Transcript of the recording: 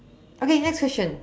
okay next question